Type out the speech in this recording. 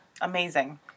Amazing